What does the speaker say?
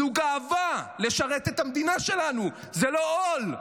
זו גאווה לשרת את המדינה שלנו, זה לא עול.